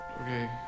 okay